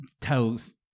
toes